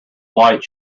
light